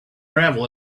gravel